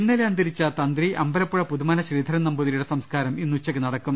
ഇന്നലെ അന്തരിച്ച തന്ത്രി അമ്പലപ്പുഴ പുതുമന ശ്രീധരൻ നമ്പൂ തിരിയുടെ സംസ്കാരം ഇന്നുച്ചയ്ക്ക് നടക്കും